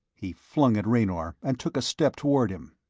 he flung at raynor, and took a step toward him,